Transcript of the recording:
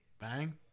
Bang